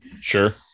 Sure